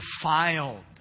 defiled